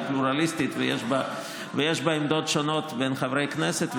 פלורליסטית ושיש בה עמדות שונות בין חברי כנסת,